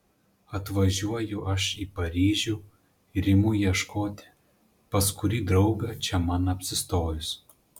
atvažiuoju aš į paryžių ir imu ieškoti pas kurį draugą čia man apsistojus